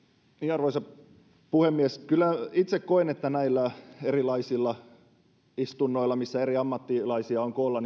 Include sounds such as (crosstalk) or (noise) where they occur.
arvoisa puhemies kyllä itse koen että näillä erilaisilla istunnoilla missä eri ammattilaisia on koolla (unintelligible)